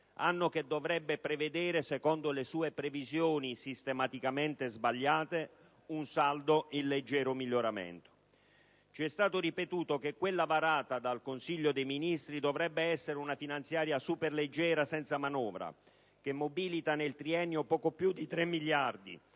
anno che dovrebbe prevedere, secondo le sue previsioni, sistematicamente sbagliate, un saldo in leggero miglioramento. Ci è stato ripetuto che quella varata dal Consiglio dei ministri dovrebbe essere una finanziaria superleggera senza manovra, che mobilita nel triennio poco più di 3 miliardi